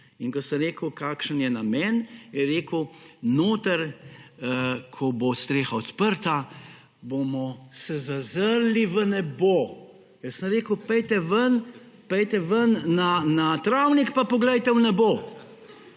Ko sem rekel, kakšen je namen, je rekel, da notri, ko bo streha odprta, se bomo zazrli v nebo. Sem rekel, pojdite ven na travnik pa poglejte v nebo.